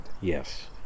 Yes